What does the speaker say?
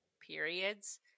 periods